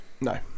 No